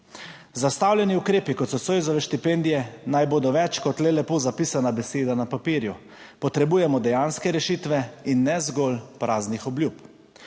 Zastavljeni ukrepi, kot so Zoisove štipendije, naj bodo več kot le lepo zapisana beseda na papirju. Potrebujemo dejanske rešitve in ne zgolj praznih obljub.